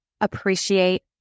appreciate